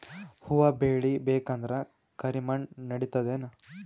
ಹುವ ಬೇಳಿ ಬೇಕಂದ್ರ ಕರಿಮಣ್ ನಡಿತದೇನು?